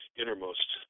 innermost